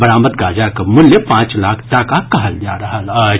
बरामद गांजाक मूल्य पांच लाख टाका कहल जा रहल अछि